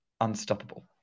unstoppable